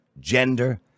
gender